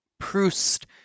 Proust